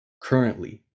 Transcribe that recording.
currently